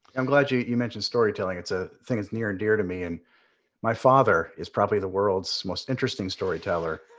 i'm glad you you mentioned storytelling. it's a thing that's near and dear to me. and my father is probably the world's most interesting storyteller.